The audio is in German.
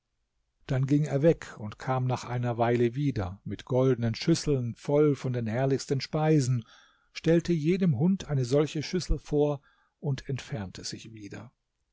dann ging er weg und kam nach einer weile wieder mit goldenen schüsseln voll von den herrlichsten speisen stellte jedem hund eine solche schüssel vor und entfernte sich wieder